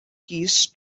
keys